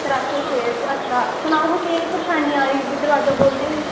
त्रै सौ छे अच्छा सनाओ केह् परेशानी आवा दी दरोआजा खोल्लदे गी